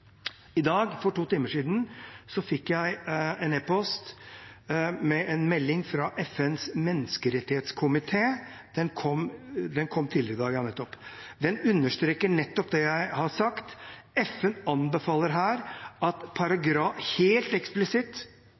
I dag – for to timer siden – fikk jeg en e-post med en melding fra FNs menneskerettighetskomité. Den understreker nettopp det jeg har sagt: FN anbefaler her helt eksplisitt